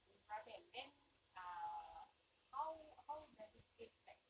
with ramen then uh how how does it tastes like